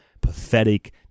pathetic